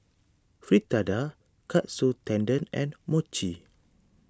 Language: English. Fritada Katsu Tendon and Mochi